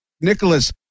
Nicholas